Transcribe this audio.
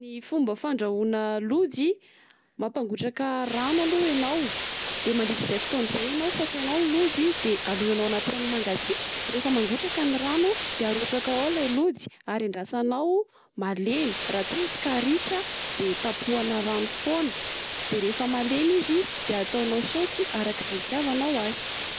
Ny fomba fandraona lojy, mampagotraka rano aloha enao. De mandritra izay fotoana izay enao, sasainao ny lojy de alonanao ao anaty rano mangatsiaka. Rehefa mangotraka ny rano de arotsakao ao ilay lojy ary endrasanao malemy. Raha toa izy ka ritra, de tapohana rano fôna de rehefa malemy izy de ataonao sauce araka izay itiavanao azy.